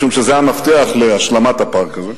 משום שזה המפתח להשלמת הפארק הזה.